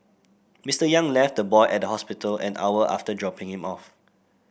Mister Yang left the boy at the hospital an hour after dropping him off